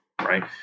Right